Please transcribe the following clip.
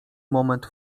moment